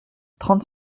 trente